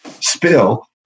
spill